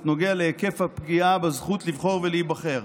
נוגע להיקף הפגיעה בזכות לבחור ולהיבחר.